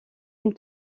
une